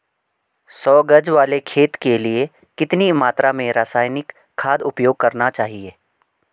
सौ गज वाले खेत के लिए कितनी मात्रा में रासायनिक खाद उपयोग करना चाहिए?